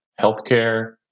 healthcare